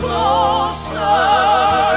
Closer